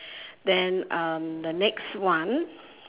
then um the next one